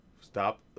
Stop